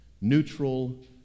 neutral